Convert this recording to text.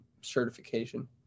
certification